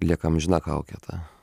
lieka amžina kaukė ta